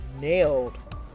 nailed